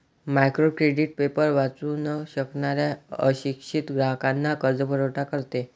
micro credit paper वाचू न शकणाऱ्या अशिक्षित ग्राहकांना कर्जपुरवठा करते